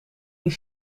die